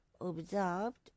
observed